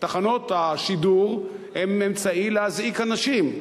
תחנות השידור הן אמצעי להזעיק אנשים,